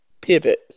pivot